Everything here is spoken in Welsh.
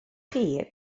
chi